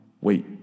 wait